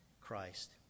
Christ